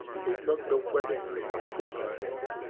he took the wedding-ring from her finger.